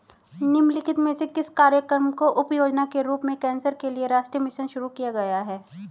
निम्नलिखित में से किस कार्यक्रम को उपयोजना के रूप में कैंसर के लिए राष्ट्रीय मिशन शुरू किया गया है?